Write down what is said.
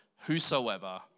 whosoever